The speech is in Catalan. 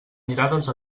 mirades